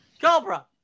Cobra